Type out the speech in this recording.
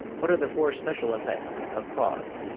what are the four special effects of pause?